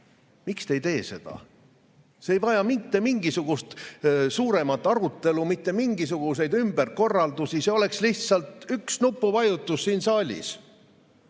Miks te ei tee seda? See ei vaja mitte mingisugust suuremat arutelu, mitte mingisuguseid ümberkorraldusi, see oleks lihtsalt üks nupuvajutus siin saalis.